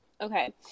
Okay